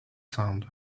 sound